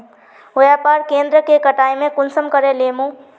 व्यापार केन्द्र के कटाई में कुंसम करे लेमु?